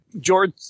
George